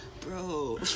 Bro